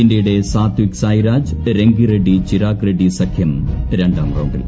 ഇന്തൃയുടെ സാത്ഥിക് സായിരാജ് രെങ്കി റെഡ്ഡി ചിരാഗ് റെഡ്നി സഖ്യം രണ്ടാം റൌണ്ടിൽ